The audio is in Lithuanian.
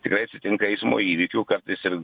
tikrai atsitinka eismo įvykių kartais ir